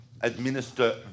administer